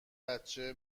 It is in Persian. بچه